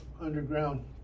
underground